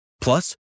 Plus